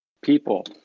people